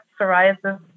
psoriasis